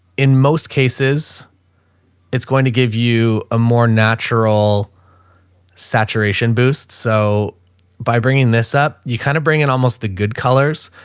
in most cases it's going to give you a more natural saturation boosts. so by bringing this up, you kind of bring it almost the good colors.